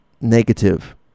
negative